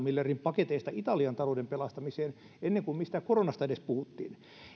miljardin paketeista italian talouden pelastamiseen ennen kuin mistään koronasta edes puhuttiin